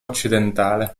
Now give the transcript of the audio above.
occidentale